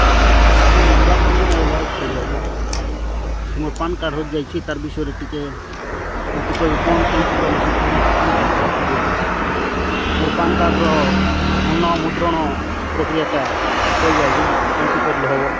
ହଁ ହଁ ଆଜି କୁଆଡ଼େ ଯିବେ ନାହିଁ ହେଲେ ଆସୁଛି ହେଲେ ଆଜ୍ଞା ସେ ମୋର ପାନ୍ କାର୍ଡ଼୍ ହଜିଯାଇଛି ତାର୍ ବିଷୟରେ ଟିକିଏ ମୋତେ କହିବେ କ'ଣ କେମିତି କରିଲେ ମୋତେ ପାନ୍ କାର୍ଡ଼୍ଟା ଆଉ ଥରେ ମୋର ପାନ୍ କାର୍ଡ଼୍ର ପୁନଃମୁଦ୍ରଣ ପ୍ରକ୍ରିୟାଟା ଟିକିଏ କହିବେ ଆଜ୍ଞା କେମିତି କରିଲେ ହେବ